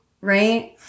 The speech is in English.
Right